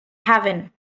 haven